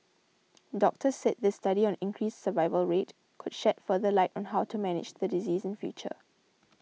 doctors said this study on increased survival rate could shed further light on how to manage the disease in future